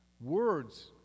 Words